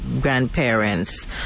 grandparents